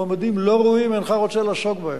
מועמדים לא ראויים, אינך רוצה לעסוק בהם.